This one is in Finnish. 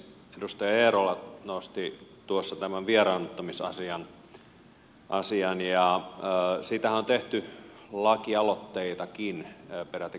edustaja eerola nosti tuossa tämän vieraannuttamisasian ja siitähän on tehty lakialoitteitakin peräti kaksin kappalein